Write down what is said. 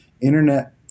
Internet